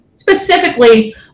Specifically